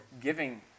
giving